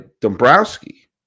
Dombrowski